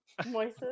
Moises